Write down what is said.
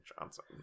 johnson